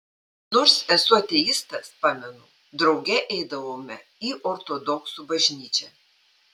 nors esu ateistas pamenu drauge eidavome į ortodoksų bažnyčią